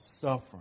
suffering